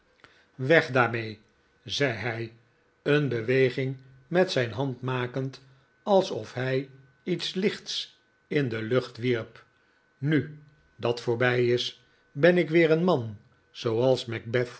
weg daarmee zei hij een beweging met zijn hand makend alsof hij iets lichts in steerforth ko opt een scheepje de lucht wierp nu dat voorbij is ben ik weer een man zooals